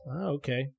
okay